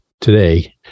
today